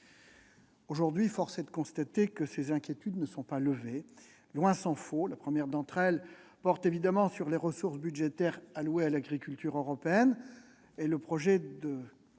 Aujourd'hui, force est de le constater, ces inquiétudes ne sont pas levées, tant s'en faut. La première d'entre elles porte évidemment sur les ressources budgétaires allouées à l'agriculture européenne. Le projet de